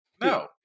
No